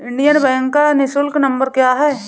Indian bank का निःशुल्क number क्या है?